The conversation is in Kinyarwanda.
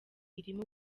irimo